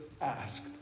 asked